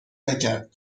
نکرد